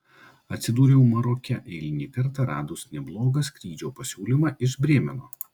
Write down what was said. atsidūriau maroke eilinį kartą radus neblogą skrydžio pasiūlymą iš brėmeno